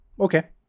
Okay